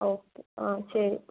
okay ആ ശരി